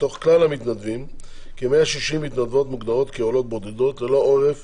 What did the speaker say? מתוך כלל המתנדבים כ-160 מתנדבות מוגדרות כעולות בודדות ללא עורף